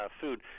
food